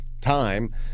time